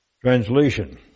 Translation